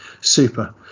Super